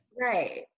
Right